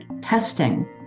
testing